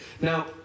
Now